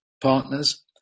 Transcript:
partners